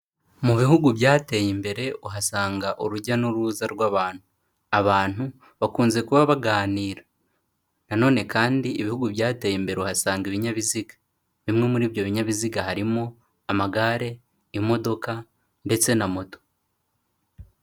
Mu bihugu byateye imbere, uhasanga urujya n'uruza rw'abantu. Abantu bakunze kuba baganira, na none kandi ibihugu byateye imbere, uhasanga ibinyabiziga, bimwe muri ibyo binyabiziga, harimo amagare, imodoka ndetse na moto.